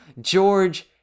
george